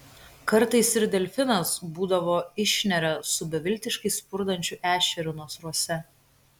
kartais ir delfinas būdavo išneria su beviltiškai spurdančiu ešeriu nasruose